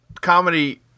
comedy